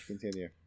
continue